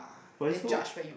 but also